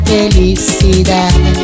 Felicidad